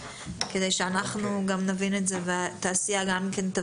כדי שגם אנחנו נבין את זה וגם התעשייה.